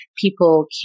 people